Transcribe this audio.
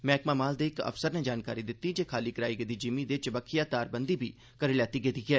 मैहकमा माल दे इक अफसर नै जानकारी दिती ऐ जे खाली कराई गेदी जिमी दे चबक्खिया तारबंदी बी करी लैती गेई ऐ